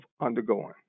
undergoing